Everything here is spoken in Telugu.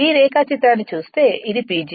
ఈ రేఖాచిత్రాన్ని చూస్తే ఇది PG